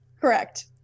correct